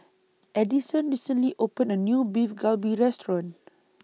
Addison recently opened A New Beef Galbi Restaurant